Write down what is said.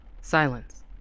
Silence